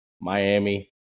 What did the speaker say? Miami